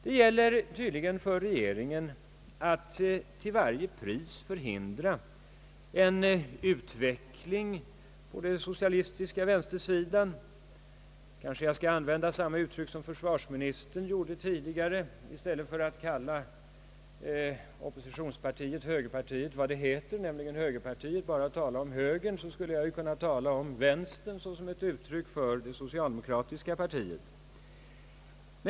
Det gäller tydligen för regeringen att till varje pris förhindra en utveckling på den socialistiska vänstersidan. — Kanske skall jag använda samma uttryck som försvarsministern gjorde, då han i stället för att kalla opinionspartiet högerpartiet vid dess rätta namn rätt och slätt talade om »högern». Jag skulle på samma sätt kunna tala om »vänstern» som ett passande uttryck för det socialdemokratiska partiet.